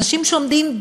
אנשים שעומדים,